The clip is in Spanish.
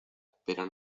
pero